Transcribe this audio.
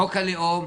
חוק הלאום,